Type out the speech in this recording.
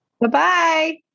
bye-bye